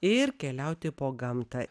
ir keliauti po gamtą